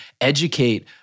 educate